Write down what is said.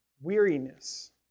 weariness